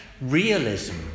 realism